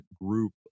group